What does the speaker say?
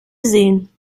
sehen